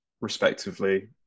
respectively